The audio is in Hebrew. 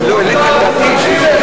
רבותי,